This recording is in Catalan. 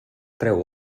treu